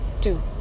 Two